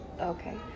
Okay